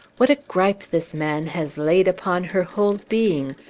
what a gripe this man has laid upon her whole being!